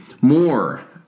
More